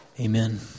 Amen